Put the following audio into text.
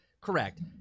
correct